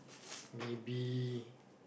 maybe